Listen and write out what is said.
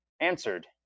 answered